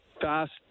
fast